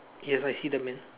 yes I see the man